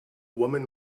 woman